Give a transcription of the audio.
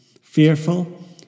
fearful